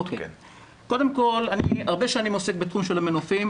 אני הרבה שנים עוסק בתחום המנופים,